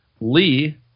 Lee